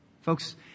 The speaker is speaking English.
Folks